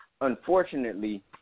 unfortunately